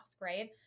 right